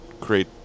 create